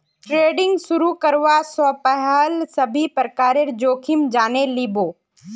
trading शुरू करवा स पहल सभी प्रकारेर जोखिम जाने लिबो